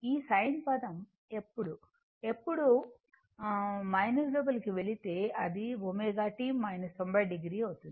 ఈ sin పదం ఎప్పుడు ఎప్పుడు లోపలికి వెళితే అది ω t 90 o అవుతుంది